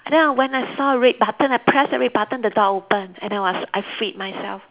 and then when I saw a red button I pressed the red button the door open and then was I freed myself